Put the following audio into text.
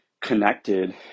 connected